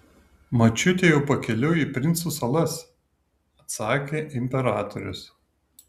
močiutė jau pakeliui į princų salas atsakė imperatorius